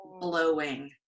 blowing